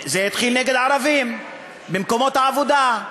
זה התחיל נגד ערבים במקומות העבודה,